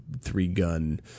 three-gun